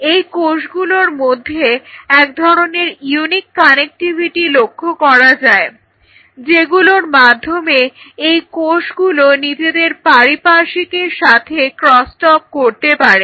এই কোষগুলোর মধ্যে এক ধরনের ইউনিক কানেক্টিভিটি লক্ষ্য করা যায় যেগুলোর মাধ্যমে এই কোষগুলো নিজেদের পারিপার্শ্বিকের সাথে ক্রসটক করতে পারে